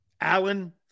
Allen